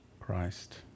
Christ